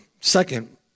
Second